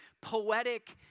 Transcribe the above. poetic